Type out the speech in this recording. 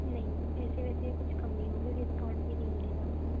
नहीं पैसे वैसे कुछ कम नहीं होंगे डिस्काउंट भी नहीं मिलेगा आपको